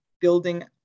building